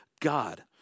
God